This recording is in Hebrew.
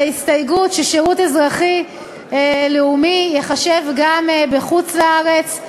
ההסתייגות ששירות אזרחי-לאומי ייחשב גם בחוץ-לארץ.